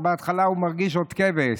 אז בהתחלה הוא מרגיש עוד כבש,